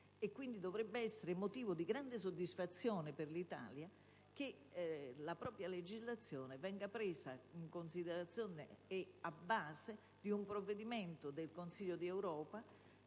e quindi dovrebbe essere motivo di grande soddisfazione per l'Italia che la propria legislazione venga presa in considerazione e a base di un provvedimento del Consiglio d'Europa.